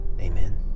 Amen